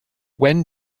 when